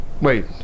Wait